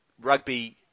rugby